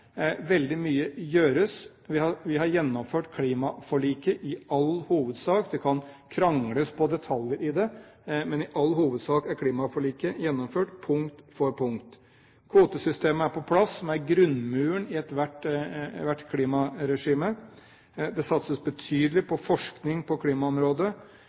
Veldig mye gjøres. Vi har gjennomført klimaforliket i all hovedsak. Det kan krangles om detaljer i det, men i all hovedsak er klimaforliket gjennomført punkt for punkt. Kvotesystemet, som er grunnmuren i ethvert klimaregime, er på plass. Det satses betydelig på forskning på klimaområdet.